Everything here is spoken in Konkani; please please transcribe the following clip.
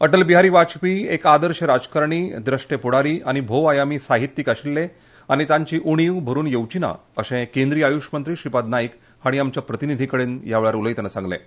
अटल बिहारी वायपेयी एक आदर्श राजकारणी द्रश्टे फुडारी आनी भोव आयामी साहित्यीक आशिल्ले आनी तांची उणीव भरून येवची ना अशे आयुश मंत्री श्रीपाद नायक हाणी आमच्या प्रतिनिधीकडेन उलयतनां सांगलें